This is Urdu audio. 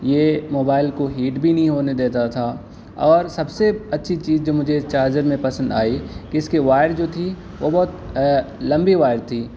یہ موبائل کو ہیٹ بھی نہیں ہونے دیتا تھا اور سب سے اچھی چیز جو مجھے اس چارجر میں پسند آئی کہ اس کے وائر جو تھی وہ بہت لمبی وائر تھی